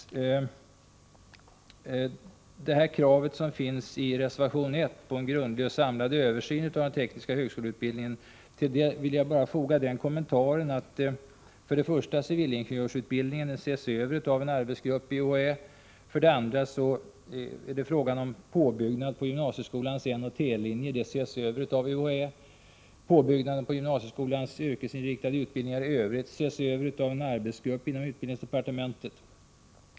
Till det krav som har avgivits i reservation 1 på en samlad och grundlig översyn av den tekniska högskoleutbildningen vill jag bara foga några kommentarer. Civilingejörsutbildningen ses över av en arbetsgrupp inom UHÄ. Frågan om påbyggnad av gymnasieskolans N och T-linjer ses också över av UHÄ. Påbyggnaden på gymnasieskolans yrkesinriktade linjer i Övrigt ses över av en arbetsgrupp inom utbildningsdepartementet.